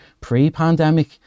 pre-pandemic